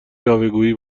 یاوهگویی